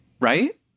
Right